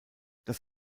das